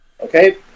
Okay